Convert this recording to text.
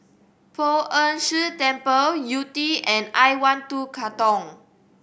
Poh Ern Shih Temple Yew Tee and I One Two Katong